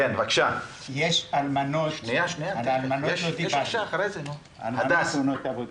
יש אלמנות של נפגעי תאונות עבודה.